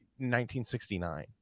1969